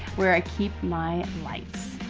where i keep my lights.